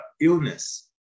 illness